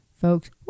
Folks